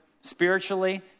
Spiritually